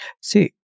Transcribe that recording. See